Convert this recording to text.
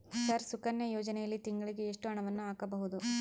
Sir Sukanya ಯೋಜನೆಯಲ್ಲಿ ತಿಂಗಳಿಗೆ ಎಷ್ಟು ಹಣವನ್ನು ಹಾಕಬಹುದು?